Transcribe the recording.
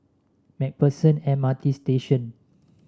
Mac Pherson M R T Station